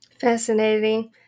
Fascinating